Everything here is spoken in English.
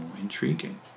intriguing